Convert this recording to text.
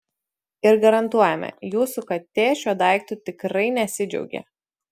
ir garantuojame jūsų katė šiuo daiktu tikrai nesidžiaugė